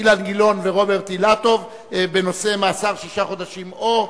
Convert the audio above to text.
אילן גילאון ורוברט אילטוב בנושא "מאסר שישה חודשים או".